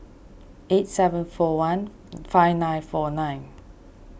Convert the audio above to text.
eight seven four one five nine four nine